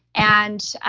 and